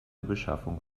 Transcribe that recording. beschaffung